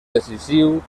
decisiu